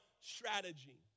strategy